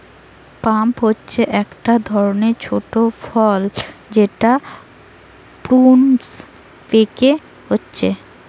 plum হচ্ছে একটা ধরণের ছোট ফল যেটা প্রুনস পেকে হচ্ছে